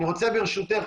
אני רוצה ברשותך,